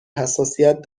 حساسیت